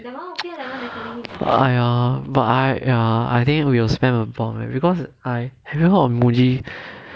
!aiya! but I ya I think we will spend about because I have you heard of Muji